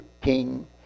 king